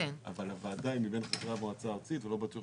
אבל הוועדה היא מבין חברי המועצה הארצית ולא בטוח